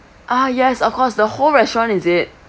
ah yes of course the whole restaurant is it